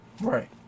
right